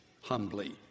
humbly